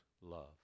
love